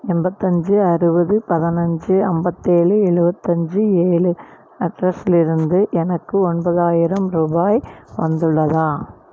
எண்பத்தஞ்சி அறுபது பதினைஞ்சி ஐம்பத்தேழு எழுபத்தஞ்சு ஏழு அட்ரஸிலிருந்து எனக்கு ஒன்பதாயிரம் ரூபாய் வந்துள்ளதா